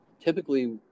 typically